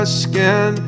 skin